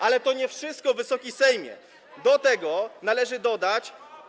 Ale to nie wszystko, Wysoki Sejmie, do tego należy dodać.